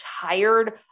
tired